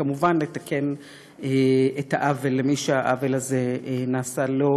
וכמובן לתקן את העוול למי שהעוול הזה נעשה לו,